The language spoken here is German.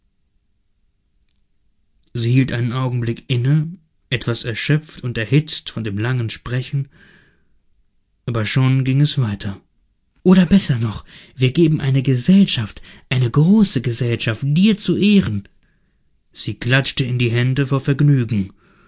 sie hielt einen augenblick inne etwas erschöpft und erhitzt von dem langen sprechen aber schon ging es weiter oder besser noch wir geben eine gesellschaft eine große gesellschaft dir zu ehren sie klatschte in die hände vor vergnügen